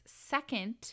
second